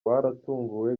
baratunguwe